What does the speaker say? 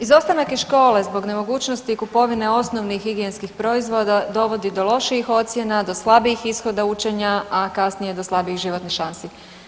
Izostanak iz škole zbog nemogućnosti kupovine osnovnih higijenskih proizvoda dovodi do lošijih ocjena, do slabijih ishoda učenja, a kasnije do slabijih životnih šansi.